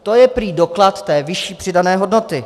To je prý doklad té vyšší přidané hodnoty.